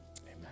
Amen